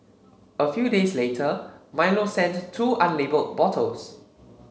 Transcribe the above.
a few days later Milo sent two unlabelled bottles